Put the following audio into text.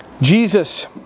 Jesus